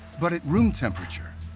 but at room temperature,